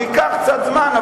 זה ייקח קצת זמן,